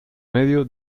medio